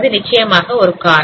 அது நிச்சயமாக ஒரு கார்